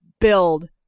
build